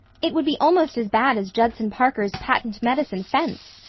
it would be almost as bad as judson parker's patent medicine fence.